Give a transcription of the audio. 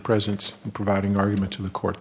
presence and providing arguments to the court